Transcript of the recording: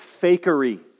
fakery